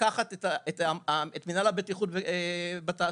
לקחת את מינהל הבטיחות בתעסוקה,